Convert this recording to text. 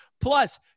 Plus